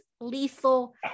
lethal